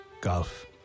golf